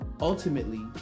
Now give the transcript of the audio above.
ultimately